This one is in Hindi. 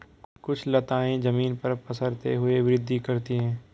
कुछ लताएं जमीन पर पसरते हुए वृद्धि करती हैं